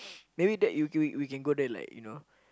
maybe that we we we can go there like you know